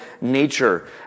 nature